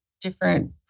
different